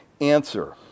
answer